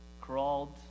Crawled